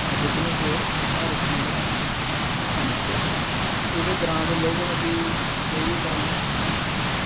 business हर इक बंदा करना चाहिदा इत्थै ग्रां दे लोक न कि कोई बी कम्म